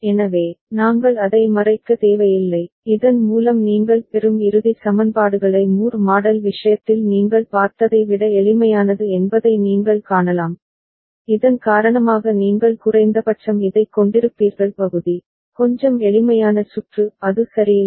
எனவே நாங்கள் அதை மறைக்க தேவையில்லை இதன் மூலம் நீங்கள் பெறும் இறுதி சமன்பாடுகளை மூர் மாடல் விஷயத்தில் நீங்கள் பார்த்ததை விட எளிமையானது என்பதை நீங்கள் காணலாம் இதன் காரணமாக நீங்கள் குறைந்தபட்சம் இதைக் கொண்டிருப்பீர்கள் பகுதி கொஞ்சம் எளிமையான சுற்று அது சரியில்லை